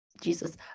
Jesus